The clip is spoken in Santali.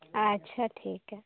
ᱟᱪᱪᱷᱟ ᱴᱷᱤᱠᱜᱮᱭᱟ